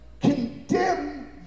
condemn